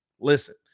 Listen